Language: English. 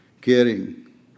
caring